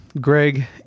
Greg